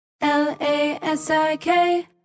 l-a-s-i-k